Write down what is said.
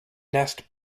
nest